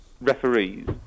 referees